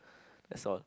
that's all